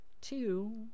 two